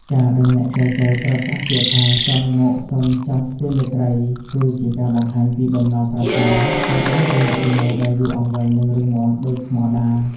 ការដែលអ្នកចែចូវប្រើប្រាស់ពាក្យថា "ចង់មកសុំចងស្ពានមេត្រី" គឺជាការបង្ហាញពីបំណងប្រាថ្នាចង់បានទំនាក់ទំនងដែលយូរអង្វែង និងរឹងមាំដូចថ្មដា។